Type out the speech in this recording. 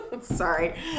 sorry